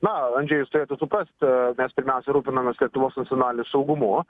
na andžėjus turėtų suprast mes pirmiausia rūpinamės lietuvos nacionaliniu saugumu